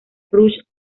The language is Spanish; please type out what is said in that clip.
rush